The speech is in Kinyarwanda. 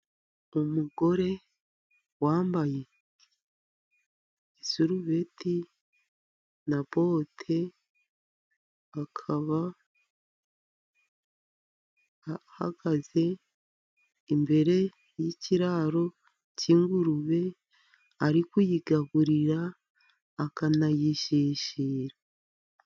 Umugore wambaye isurubeti na bote, akaba ahagaze imbere y'ikiraro cy' ingurube, ari kuyigaburira akanayishyishyira.